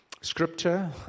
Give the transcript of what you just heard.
scripture